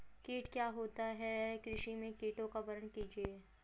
कीट क्या होता है कृषि में कीटों का वर्णन कीजिए?